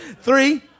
three